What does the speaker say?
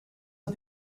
are